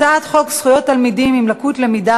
הצעת חוק זכויות תלמידים עם לקות למידה